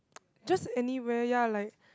just anywhere ya like